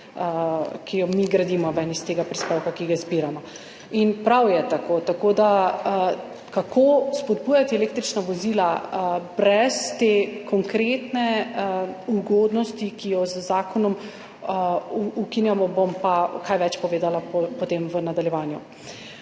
ki jo mi gradimo iz tega prispevka, ki ga zbiramo. In prav je tako. Kako spodbujati električna vozila brez te konkretne ugodnosti, ki jo z zakonom ukinjamo, bom pa kaj več povedala potem v nadaljevanju.